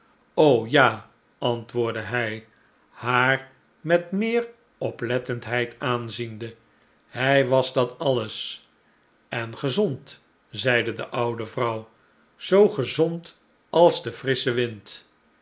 ja antwoordde hi haar met meer oplettendheid aanziende hij was dat alles en gezond zeide de oude vrouw zoo gezond als de frissche wind